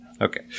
Okay